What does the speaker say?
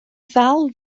ddal